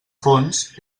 fons